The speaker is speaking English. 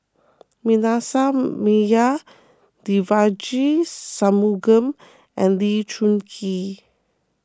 Manasseh Meyer Devagi Sanmugam and Lee Choon Kee